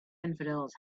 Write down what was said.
infidels